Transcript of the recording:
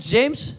James